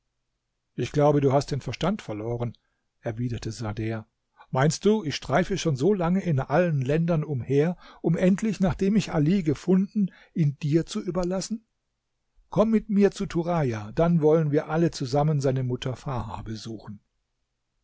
ich glaube du hast den verstand verloren erwiderte sader meinst du ich streife schon so lange in allen ländern umher um endlich nachdem ich ali gefunden ihn dir zu überlassen komm mit mir zu turaja dann wollen wir alle zusammen seine mutter farha besuchen